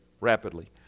rapidly